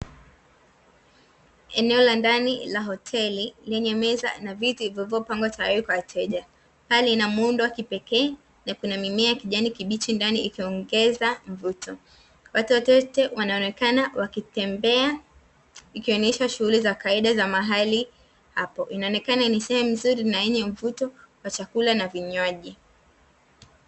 Eneo la ndani la hoteli, lenye meza na viti vilivyopangwa tayari kwa wateja. Hali ina muundo wa kipekee, na kuna mimea ya kijani kibichi ndani ikiongeza mvuto. Watu wachache wanaonekana wakitembea, ikionyesha shughuli za kawaida za mahali hapo. Inaonekana ni sehemu nzuri na yenye mvuto kwa chakula na vinywaji.